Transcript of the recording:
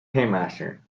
paymaster